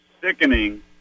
sickening